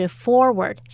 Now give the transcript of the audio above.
forward